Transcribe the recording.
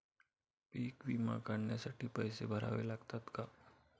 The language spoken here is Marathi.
पीक विमा काढण्यासाठी पैसे भरावे लागतात का?